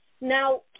now